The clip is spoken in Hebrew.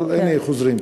אבל הנה חוזרים.